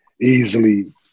easily